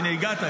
הינה, הגעת.